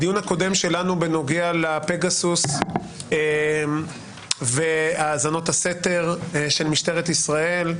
בדיון הקודם שלנו בנוגע לפגסוס והאזנות הסתר של משטרת ישראל,